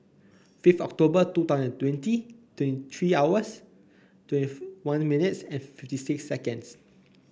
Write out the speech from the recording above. fifth October two thousand and twenty twenty three hours twenty one minutes and fifty six seconds